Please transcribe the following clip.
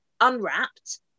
unwrapped